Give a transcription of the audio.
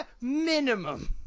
minimum